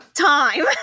time